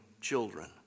children